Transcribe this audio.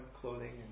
clothing